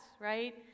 right